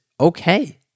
okay